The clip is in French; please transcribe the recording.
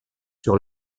sur